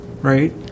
right